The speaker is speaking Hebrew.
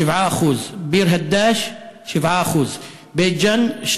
7%; ביר-הדאג' 7%; בית-ג'ן,